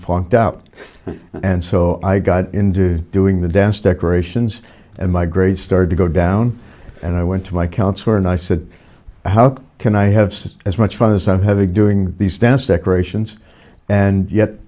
flunked out and so i got into doing the dance decorations and my grades started to go down and i went to my counselor and i said how can i have seen as much fun as i'm having doing these dance decorations and yet